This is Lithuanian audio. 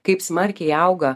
kaip smarkiai auga